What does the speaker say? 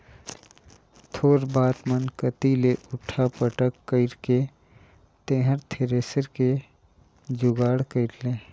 थोर बात मन कति ले उठा पटक कइर के तेंहर थेरेसर के जुगाड़ कइर ले